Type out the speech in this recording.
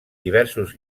diversos